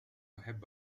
أحب